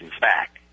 back